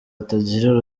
atagira